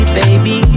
baby